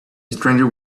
stranger